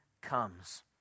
comes